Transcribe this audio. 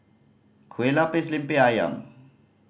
Kueh Lapis Lemper Ayam